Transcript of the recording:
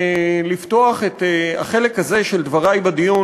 לפתוח את החלק הזה של דברי בדיון,